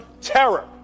terror